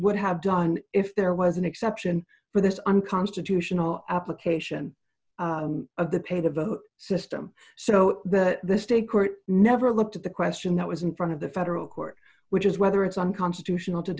would have done if there was an exception for this unconstitutional application of the pay to vote system so that the state court never looked at the question that was in front of the federal court which is whether it's unconstitutional to